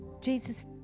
Jesus